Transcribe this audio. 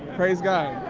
praise god.